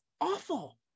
awful